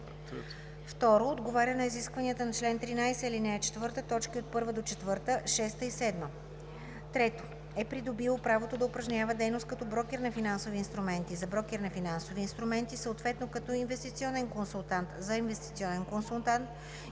2. отговаря на изискванията на чл. 13, ал. 4, т. 1 – 4, 6 и 7; 3. е придобило правото да упражнява дейност като брокер на финансови инструменти – за брокер на финансови инструменти, съответно като инвестиционен консултант – за инвестиционен консултант,